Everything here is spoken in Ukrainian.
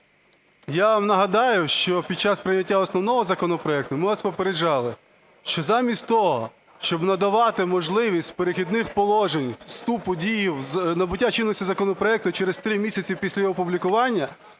Я вам нагадаю, що під час прийняття основного законопроекту ми вас попереджали, що замість того, щоб надавати можливість в "Перехідних положеннях" вступу в дію, набуття чинності законопроекту через три місяці після його опублікування,